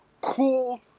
cool